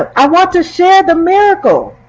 but i want to share the miracle.